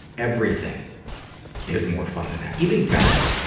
everything is more fun than that. even gout.